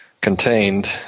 contained